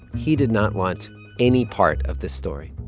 he did not want any part of this story